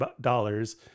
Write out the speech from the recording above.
dollars